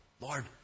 Lord